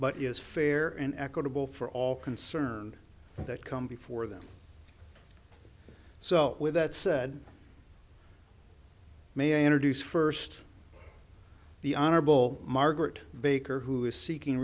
but is fair and equitable for all concerned that come before them so with that said may i introduce first the honorable margaret baker who is seeking